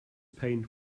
paint